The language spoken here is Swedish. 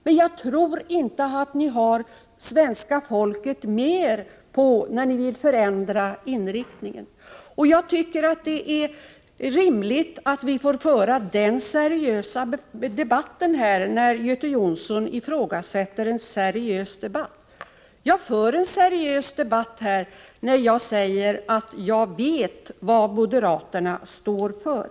Men jag tror inte att ni har svenska folket med er när ni vill förändra inriktningen. Jag tycker det är rimligt att vi får föra en seriös debatt här — Göte Jonsson efterlyser ju en seriös debatt. Jag för en seriös debatt här, när jag säger att jag vet vad moderaterna står för.